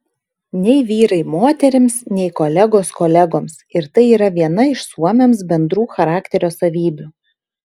nei vyrai moterims nei kolegos kolegoms ir tai yra viena iš suomiams bendrų charakterio savybių